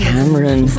Cameron